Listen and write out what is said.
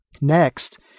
Next